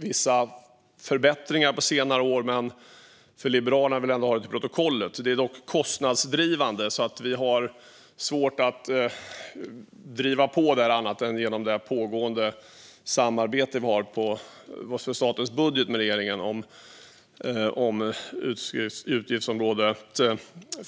Vissa förbättringar har gjorts på senare år, men Liberalerna vill ha det till protokollet att detta är kostnadsdrivande, och vi har därför svårt att driva på där utöver genom det pågående samarbetet med regeringen när det gäller statens budget för utgiftsområde